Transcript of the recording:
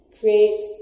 create